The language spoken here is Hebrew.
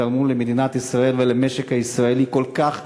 והם תרמו למדינת ישראל ולמשק הישראלי כל כך הרבה,